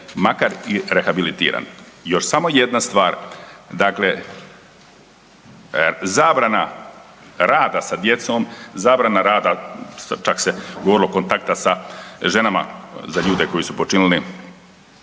makar i rehabilitiran. Još samo jedna stvar, dakle zabrana rada sa djecom, zabrana rada čak se govorilo kontakta sa ženama za ljude koji su počinili